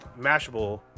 Mashable